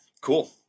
cool